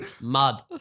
Mud